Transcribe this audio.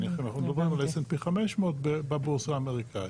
אם אנחנו מדברים על s&p 500 בבורסה האמריקאית.